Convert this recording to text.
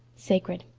sacred.